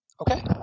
Okay